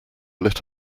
lit